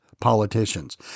politicians